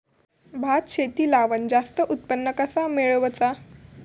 भात शेती लावण जास्त उत्पन्न कसा मेळवचा?